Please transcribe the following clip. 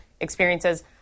experiences